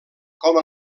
com